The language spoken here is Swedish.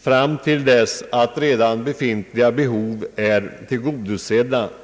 fram till dess redan befintliga utrymmen är fyllda.